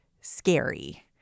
scary